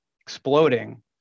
exploding